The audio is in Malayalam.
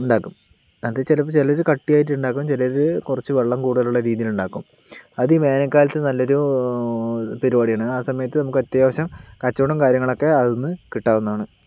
ഉണ്ടാക്കും അത് ചിലപ്പോൾ ചിലർ കട്ടിയായിട്ട് ഉണ്ടാക്കും ചിലര് കുറച്ച് വെള്ളം കൂടുതൽ ഉള്ള രീതിയിൽ ഉണ്ടാക്കും അതീ വേനൽ കാലത്തു നല്ലൊരു പരിപാടിയാണ് ആ സമയത്തു നമുക്ക് അത്യാവശ്യം കച്ചവടം കാര്യങ്ങളും ഒക്കെ അതിൽ നിന്ന് കിട്ടാറുള്ളതാണ്